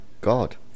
god